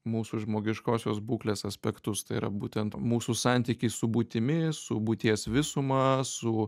mūsų žmogiškosios būklės aspektus tai yra būtent mūsų santykiai su būtimi su būties visuma su